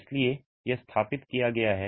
इसलिए यह स्थापित किया गया है